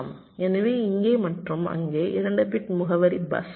எனவே இங்கே மற்றும் அங்கே 8 பிட் முகவரி பஸ் உள்ளது